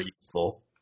useful